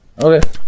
Okay